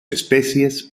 especies